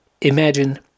Imagine